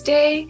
Day